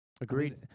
Agreed